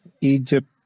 Egypt